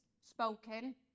spoken